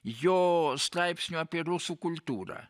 jo straipsnių apie rusų kultūrą